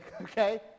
okay